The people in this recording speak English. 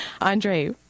Andre